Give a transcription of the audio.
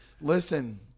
listen